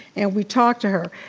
and we talked to her.